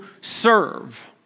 serve